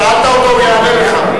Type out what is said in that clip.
שאלת אותו והוא יענה לך.